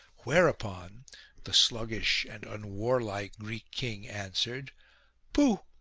whereupon the sluggish and unwarlike greek king answered pooh!